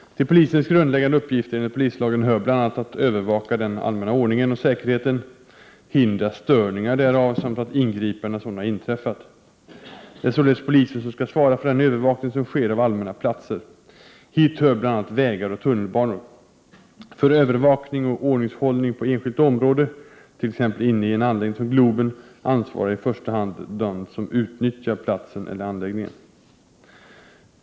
Till polisens grundläggande uppgifter enligt polislagen hör bl.a. att övervaka den allmänna ordningen och säkerheten, hindra störningar därav samt att ingripa när sådana har inträffat. Det är således polisen som skall svara för den övervakning som sker av allmänna platser. Hit hör bl.a. vägar och tunnelbanor. För övervakning och ordningshållning på enskilt område, t.ex. inne i en anläggning som Globen, ansvarar i första hand den som nyttjar platsen eller anläggningen.